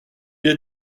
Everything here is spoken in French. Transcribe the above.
est